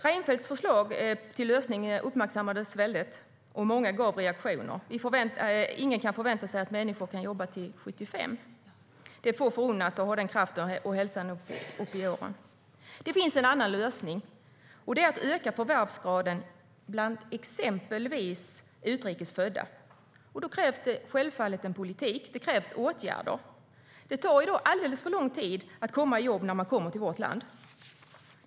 Reinfeldts förslag till lösning uppmärksammades väldigt mycket och gav många reaktioner, till exempel att ingen kan förvänta sig att människor kan jobba till 75 års ålder. Det är få förunnat att ha den kraften och hälsan upp i åren. Det finns en annan lösning. Det är att öka förvärvsgraden bland exempelvis utrikes födda. Då krävs det självfallet politiska åtgärder. I dag tar det alldeles för lång tid innan man kommer i jobb när man kommer till vårt land.